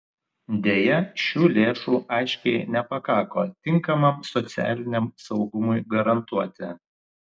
deja šių lėšų aiškiai nepakako tinkamam socialiniam saugumui garantuoti